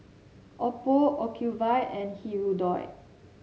Oppo Ocuvite and Hirudoid